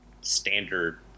standard